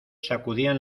sacudían